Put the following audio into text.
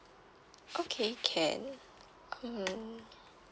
okay can hmm